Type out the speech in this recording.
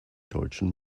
deutschen